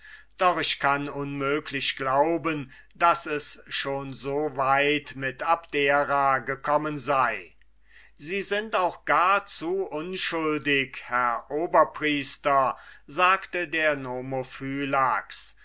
doch ich kann unmöglich glauben daß es schon so weit mit abdera gekommen sei sie sind auch gar zu unschuldig herr oberpriester sagte der